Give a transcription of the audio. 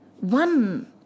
One